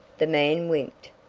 the man winked,